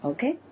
Okay